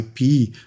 IP